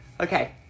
Okay